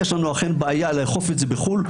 יש לנו אכן בעיה לאכוף את זה בחו"ל,